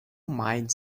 mind